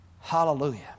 Hallelujah